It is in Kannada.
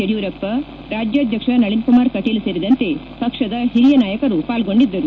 ಯಡಿಯೂರಪ್ಪ ರಾಜ್ಯಾಧ್ಯಕ್ಷ ನಳನ್ ಕುಮಾರ್ ಕಟೀಲ್ ಸೇರಿದಂತೆ ಪಕ್ಷದ ಹಿರಿಯ ನಾಯಕರು ಪಾಲ್ಗೊಂಡಿದ್ದರು